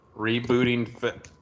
rebooting